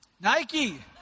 Nike